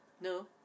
No